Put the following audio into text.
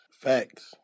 Facts